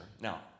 Now